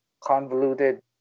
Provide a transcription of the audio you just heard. convoluted